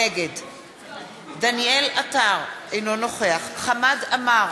נגד דניאל עטר, אינו נוכח חמד עמאר,